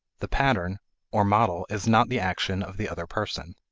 the pattern or model is not the action of the other person.